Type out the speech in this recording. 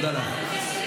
תודה לך.